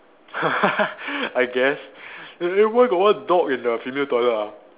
I guess eh eh why got one dog in the female toilet ah